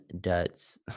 duds